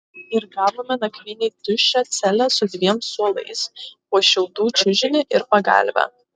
ir gavome nakvynei tuščią celę su dviem suolais po šiaudų čiužinį ir pagalvę